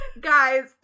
Guys